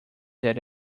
that